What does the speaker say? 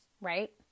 right